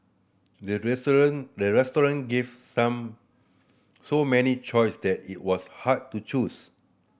the the restaurant gave some so many choice that it was hard to choose